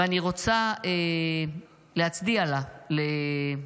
ואני רוצה להצדיע לה,